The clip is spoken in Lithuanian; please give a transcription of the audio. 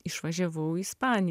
išvažiavau į ispaniją